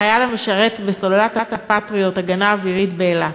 חייל המשרת בסוללת "פטריוט", הגנה אווירית, באילת.